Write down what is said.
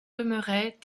demeuraient